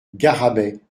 garrabet